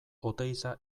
oteiza